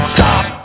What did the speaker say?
Stop